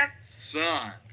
son